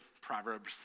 Proverbs